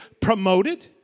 promoted